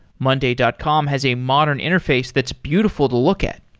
monday dot com has a modern interface that's beautiful to look at.